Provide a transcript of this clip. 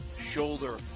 shoulder